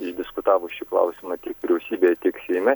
išdiskutavus šį klausimą tiek vyriausybėje tiek seime